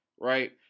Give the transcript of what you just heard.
right